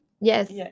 Yes